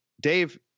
Dave